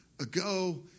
ago